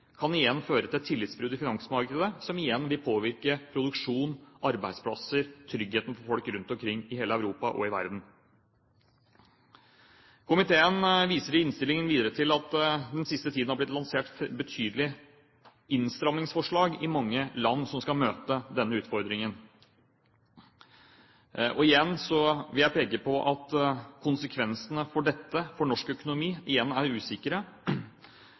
kan igjen føre til et tillitsbrudd i finansmarkedet, som igjen vil påvirke produksjon, arbeidsplasser og tryggheten for folk rundt omkring i hele Europa og i verden. Komiteen viser i innstillingen videre til at det i mange land den siste tiden har blitt lansert betydelige innstrammingsforslag som skal møte denne utfordringen. Igjen vil jeg peke på at konsekvensene av dette for norsk økonomi er usikre, men at det igjen er